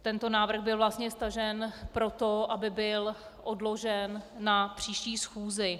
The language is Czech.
Tento návrh byl vlastně stažen proto, aby byl odložen na příští schůzi.